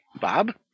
Bob